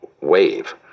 wave